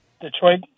Detroit